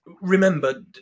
remember